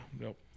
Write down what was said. Nope